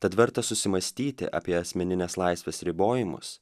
tad verta susimąstyti apie asmeninės laisvės ribojimus